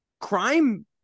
crime